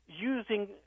using